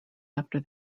after